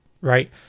right